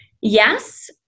yes